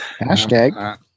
Hashtag